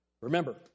Remember